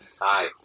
Hi